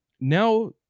now